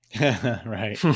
right